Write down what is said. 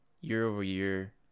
year-over-year